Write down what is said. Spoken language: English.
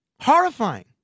horrifying